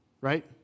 right